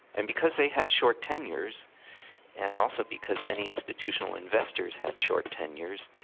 and because they had short tenures and also because many institutional investors had short tenures,